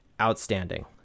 outstanding